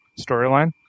storyline